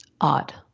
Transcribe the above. odd